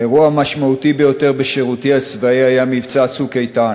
האירוע המשמעותי ביותר בשירותי הצבאי היה מבצע "צוק איתן".